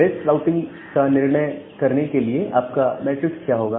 best routing का निर्णय करने के लिए आपका मैट्रिक क्या होगा